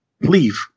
Leave